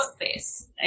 face